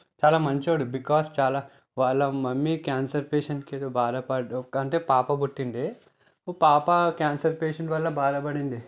చాలా మంచివాడు బికాస్ చాలా వాళ్ళ మమ్మీ క్యాన్సర్ పేషెంట్ కింద బాధ ప ఒక అంటే పాప పుట్టిండే పాప క్యాన్సర్ పేషెంట్ వల్ల బాధపడింది